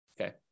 okay